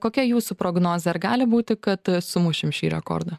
kokia jūsų prognozė ar gali būti kad sumušim šį rekordą